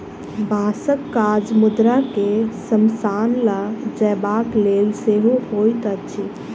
बाँसक काज मुर्दा के शमशान ल जयबाक लेल सेहो होइत अछि